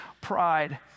pride